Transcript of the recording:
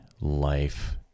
life